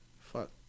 fuck